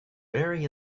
vary